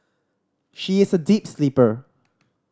she is a deep sleeper